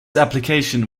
application